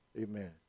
amen